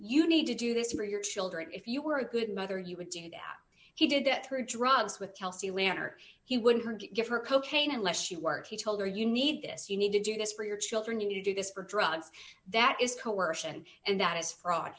you need to do this for your children if you were a good mother you would do that he did that through drugs with kelsey lanner he would her give her cocaine unless she worked he told her you need this you need to do this for your children you need to do this for drugs that is coercion and that is frau